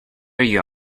you